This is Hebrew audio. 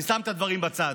אני שם את הדברים בצד,